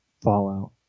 fallout